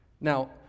Now